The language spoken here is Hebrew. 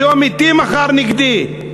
היום אתי, מחר נגדי.